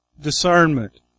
discernment